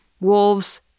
wolves